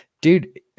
dude